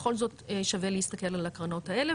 בכל זאת שווה להסתכל על הקרנות האלה,